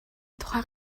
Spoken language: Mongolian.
тухай